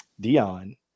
Dion